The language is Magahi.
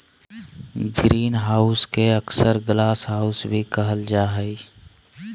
ग्रीनहाउस के अक्सर ग्लासहाउस भी कहल जा हइ